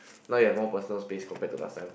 now you have more personal space compared to last time